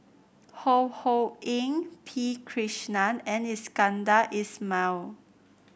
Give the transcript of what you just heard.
Ho Ho Ying P Krishnan and Iskandar Ismail